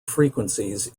frequencies